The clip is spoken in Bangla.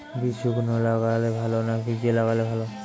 বীজ শুকনো লাগালে ভালো না ভিজিয়ে লাগালে ভালো?